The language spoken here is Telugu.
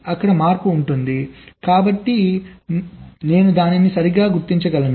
అక్కడ మార్పు ఉంటుంది కాబట్టి నేను దానిని సరిగ్గా గుర్తించగలను